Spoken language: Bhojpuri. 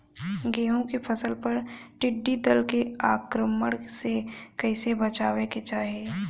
गेहुँ के फसल पर टिड्डी दल के आक्रमण से कईसे बचावे के चाही?